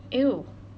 !eww!